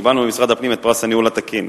קיבלנו ממשרד הפנים את פרס הניהול התקין,